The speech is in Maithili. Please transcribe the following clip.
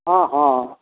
हँ हँ